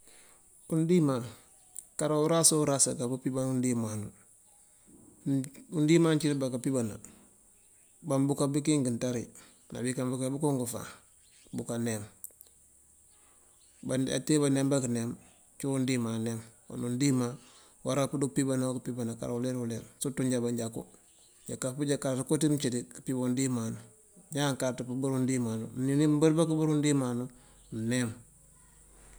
Udíma kara urasa oorasa ka piban undíma, undíma ciţ bakapibana babumkabikink nţári, nabi kambuka unk faan buka niam ate ba niamba këniam ciwun undima niam, kon undima wara pëdu pimbana këpimbana kara uleer oo uleer sirëtu nja manjaku, nja kara ţëko ţi mcëţi, këpimban undímanu, ñáan káaţ pëbër undíma mber ba këbër undímanu mnem.